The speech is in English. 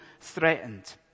threatened